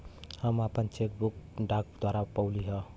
हम आपन cheque book डाक द्वारा पउली है